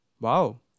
Wow